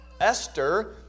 Esther